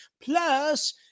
plus